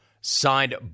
Signed